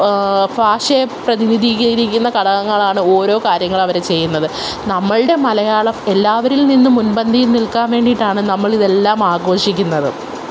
ഭാഷയെ പ്രതിനിധീകരിക്കുന്ന ഘടകങ്ങളാണ് ഓരോ കാര്യങ്ങളവർ ചെയ്യുന്നത് നമ്മളുടെ മലയാളം എല്ലാവരില് നിന്ന് മുന്പന്തീൽ നില്ക്കാന് വേണ്ടീട്ടാണ് നമ്മളിതെല്ലാം ആഘോഷിക്കുന്നത്